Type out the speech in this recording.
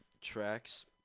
tracks